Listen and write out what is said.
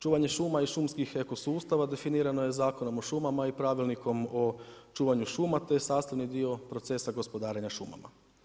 Čuvanje šuma i šumskih eko sustava definirano je Zakonom o šumama i Pravilnikom o čuvanju šuma, te je sastavni dio procesa gospodarenja šumama.